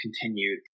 continued